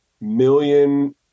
million